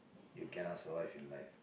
you cannot survive in life